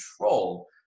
control